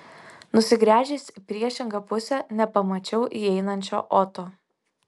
nusigręžęs į priešingą pusę nepamačiau įeinančio oto